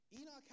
Enoch